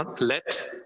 let